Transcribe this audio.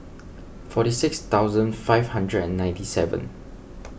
forty six thousand five hundred and ninety seven